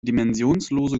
dimensionslose